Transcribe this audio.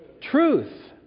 truth